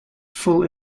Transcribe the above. full